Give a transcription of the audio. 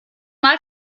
mal